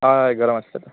हय गरम आसतलें